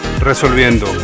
resolviendo